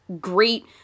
great